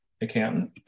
accountant